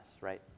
right